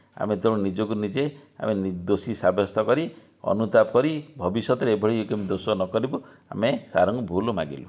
ଆମେ ତେଣୁ ନିଜକୁ ନିଜେ ଆମେ ନିର୍ଦ୍ଦୋଷ ସାବ୍ୟସ୍ତ କରି ଅନୁତାପ କରି ଭବିଷ୍ୟତରେ ଏଭଳି ଏକ ଦୋଷ ନ କରିବୁ ଆମେ ସାରଙ୍କୁ ଭୁଲ ମାଗିଲୁ